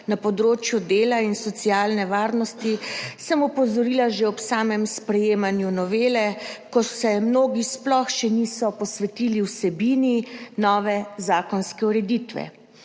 na področju dela in socialne varnosti sem opozorila že ob samem sprejemanju novele, ko se mnogi sploh še niso posvetili vsebini nove zakonske ureditve.